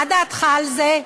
מה דעתך על זה?